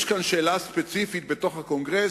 יש כאן שאלה ספציפית בתוך הקונגרס,